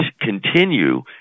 continue